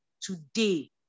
today